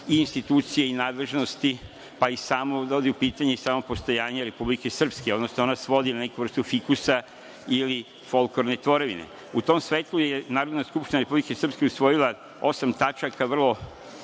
institucije i nadležnosti, pa dovodi u pitanje i samo postojanje Republike Srpske, odnosno ono se svodi na neku vrstu fikusa ili folklorne tvorevine.U tom svetlu je Narodna skupština Republike Srpske usvojila osam tačaka vrlo